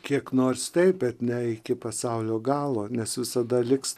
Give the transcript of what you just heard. kiek nors taip bet ne iki pasaulio galo nes visada liks